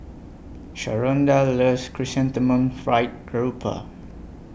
Sharonda loves Chrysanthemum Fried Garoupa